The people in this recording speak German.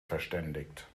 verständigt